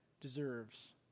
deserves